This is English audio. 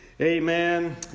Amen